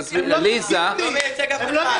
הוא לא מייצג אף אחד.